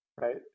Right